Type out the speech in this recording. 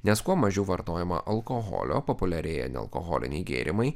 nes kuo mažiau vartojama alkoholio populiarėja nealkoholiniai gėrimai